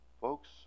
Folks